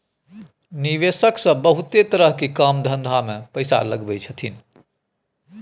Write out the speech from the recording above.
निवेशक सब बहुते तरह के काम धंधा में पैसा लगबै छथिन